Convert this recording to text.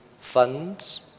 funds